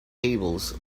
tables